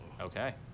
Okay